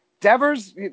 Devers